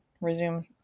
resume